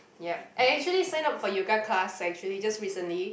yup I actually sign up for yoga class actually just recently